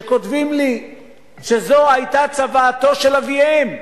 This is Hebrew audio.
שכותבים לי שזו היתה צוואתו של אביהם,